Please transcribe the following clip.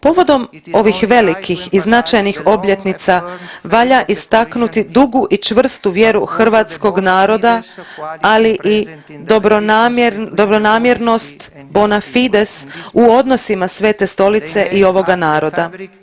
Povodom ovih velikih i značajnih obljetnica valja istaknuti dugu i čvrstu vjeru hrvatskog naroda, ali i dobronamjernost bona fides u odnosima Svete Stolice i ovoga naroda.